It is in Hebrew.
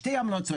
שתי המלצות,